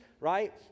right